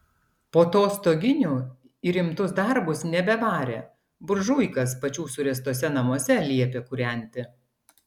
po to stoginių į rimtus darbus nebevarė buržuikas pačių suręstuose namuose liepė kūrenti